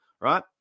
right